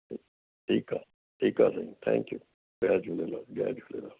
ठीकु आहे ठीकु आहे साईं थैंक यू जय झूलेलाल जय झूलेलाल